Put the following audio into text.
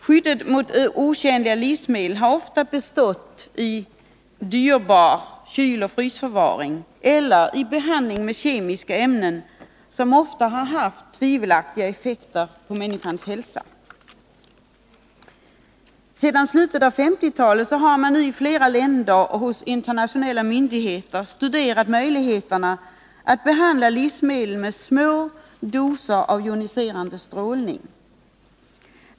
Skyddet mot otjänliga livsmedel har ofta bestått i dyrbar kyloch frysförvaring eller i behandling med kemiska ämnen, som ofta haft tvivelaktiga effekter på människans hälsa. Sedan slutet av 1950-talet har man i flera länder och hos internationella myndigheter studerat möjligheterna att behandla livsmedel med små doser av joniserande strålning.